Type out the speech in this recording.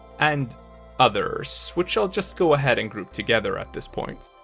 and others, which i'll just go ahead and group together at this point.